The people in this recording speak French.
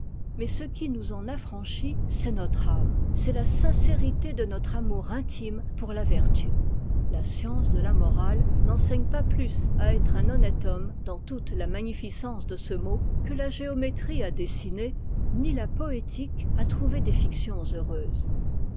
mais ce qui nous en affranchit c'est notre âme c'est la sincérité de notre amour intime pour la vertu la science de a morale n'enseigne pas plus à être un honnête homme dans toute la magnificence de ce mot que la géométrie à dessiner ni la poétique à trouver des fictions heureuses